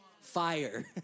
Fire